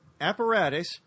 apparatus